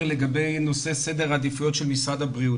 לגבי נושא סדר העדיפויות של משרד הבריאות.